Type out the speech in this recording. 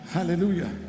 Hallelujah